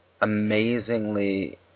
amazingly